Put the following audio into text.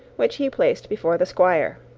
which he placed before the squire.